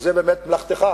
זו באמת מלאכתך.